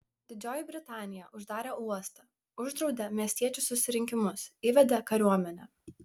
didžioji britanija uždarė uostą uždraudė miestiečių susirinkimus įvedė kariuomenę